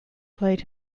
played